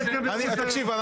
בסדר גמור.